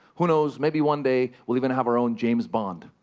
who knows? maybe one day, we'll even have our own james bond.